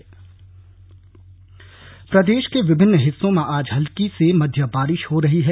मौसम जारी प्रदेश के विभिन्न हिस्सों में आज हल्की से मध्यम बारिश हो रही है